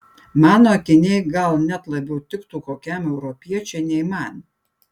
mano akiniai gal net labiau tiktų kokiam europiečiui nei man